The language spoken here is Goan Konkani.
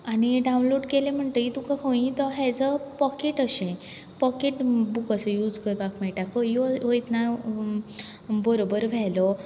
आनी डावनलोड केलो म्हणटकच तुका खंय तो एज अ पोकेट कशें पोकेट बूस असो यूज करपाक मेळटा खंय वयतना बरोबर व्हेलो